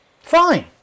Fine